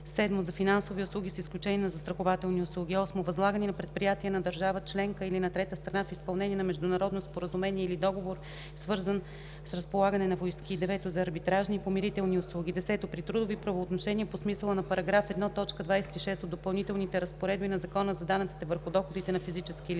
7. за финансови услуги с изключение на застрахователни услуги; 8. възлагани на предприятия на държава членка или на трета страна в изпълнение на международно споразумение или договор, свързан с разполагане на войски; 9. за арбитражни и помирителни услуги; 10. при трудови правоотношения по смисъл на § 1, т. 26 от допълнителните разпоредби на Закона за данъците върху доходите на физическите